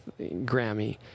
Grammy